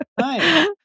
Hi